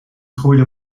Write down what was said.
groeide